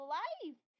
life